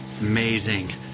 Amazing